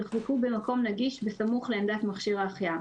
יוחזקו במקום נגיש בסמוך לעמדת מכשיר ההחייאה,